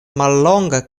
mallonga